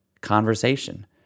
conversation